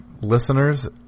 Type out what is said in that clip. listeners